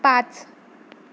पाच